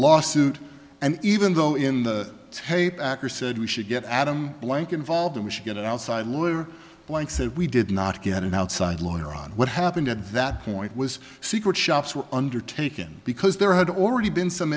lawsuit and even though in the tape actor said we should get adam blank involved and we should get an outside lawyer blank said we did not get an outside lawyer on what happened at that point was secret shops were undertaken because there had already been some